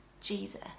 Jesus